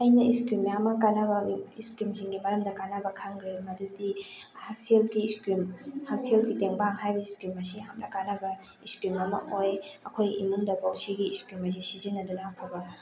ꯑꯩꯅ ꯏꯁꯀꯤꯝ ꯃꯌꯥꯝ ꯑꯃ ꯀꯥꯟꯅꯕ ꯏꯁꯀꯤꯝꯁꯤꯡꯒꯤ ꯃꯔꯝꯗ ꯀꯥꯟꯅꯕ ꯈꯪꯈ꯭ꯔꯦ ꯃꯗꯨꯗꯤ ꯍꯛꯁꯦꯜꯒꯤ ꯏꯁꯀꯤꯝ ꯍꯛꯁꯦꯜꯒꯤ ꯇꯦꯡꯕꯥꯡ ꯍꯥꯏꯕ ꯏꯁꯀꯤꯝ ꯑꯁꯤ ꯌꯥꯝꯅ ꯀꯥꯟꯅꯕ ꯏꯁꯀꯤꯝ ꯑꯃ ꯑꯣꯏ ꯑꯩꯈꯣꯏ ꯏꯃꯨꯡꯗꯐꯥꯎ ꯁꯤꯒꯤ ꯏꯁꯀꯤꯝ ꯑꯁꯤ ꯁꯤꯖꯤꯟꯅꯗꯨꯅ ꯑꯐꯕ